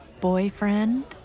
Boyfriend